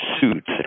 suits